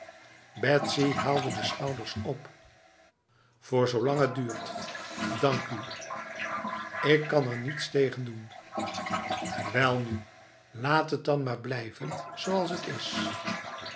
haalde de schouders op voor zolang het duurt dank u ik kan er niets tegen doenf welnu laat het dan maar blijven zoals het is